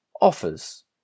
offers